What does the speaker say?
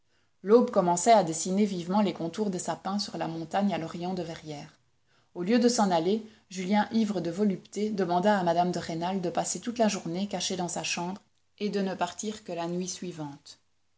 l'aube commençait à dessiner vivement les contours des sapins sur la montagne à l'orient de verrières au lieu de s'en aller julien ivre de volupté demanda à mme de rênal de passer toute la journée caché dans sa chambre et de ne partir que la nuit suivante